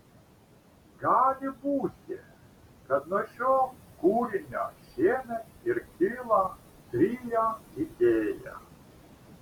gali būti kad nuo šio kūrinio šiemet ir kilo trio idėja